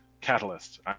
catalyst